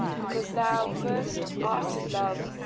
because thou first art love,